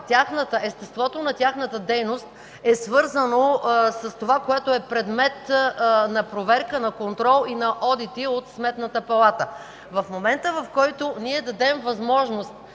естеството на тяхната дейност е свързано с това, което е предмет на проверка, на контрол и на одити от Сметната палата. В момента, в който ние дадем възможност